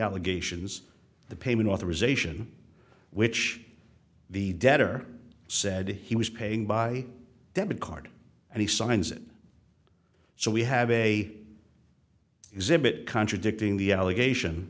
allegations the payment authorization which the debtor said he was paying by debit card and he signs it so we have a exhibit contradicting the allegation